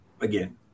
again